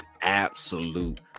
absolute